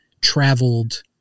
traveled